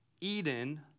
Eden